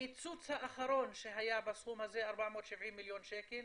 הקיצוץ האחרון שהיה בסכום הזה, 470 מיליון שקל,